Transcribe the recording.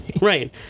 Right